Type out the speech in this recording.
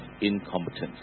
incompetence